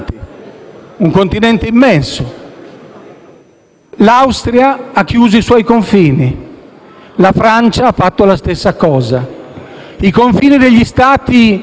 un continente immenso. L'Austria ha chiuso i suoi confini e la Francia ha fatto la stessa cosa. I confini degli Stati